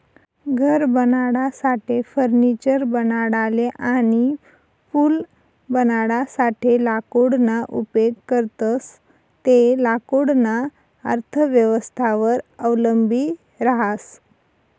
घर बनाडासाठे, फर्निचर बनाडाले अनी पूल बनाडासाठे लाकूडना उपेग करतंस ते लाकूडना अर्थव्यवस्थावर अवलंबी रहास